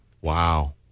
Wow